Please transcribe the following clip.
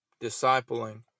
discipling